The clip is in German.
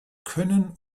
können